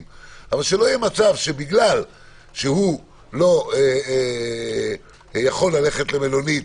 מאוד שבגלל שהוא לא יכול ללכת למלונית